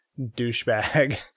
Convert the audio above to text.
douchebag